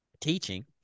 teaching